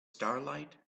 starlight